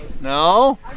No